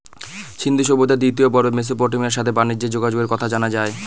সিন্ধু সভ্যতার দ্বিতীয় পর্বে মেসোপটেমিয়ার সাথে বানিজ্যে যোগাযোগের কথা জানা যায়